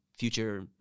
future